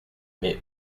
mais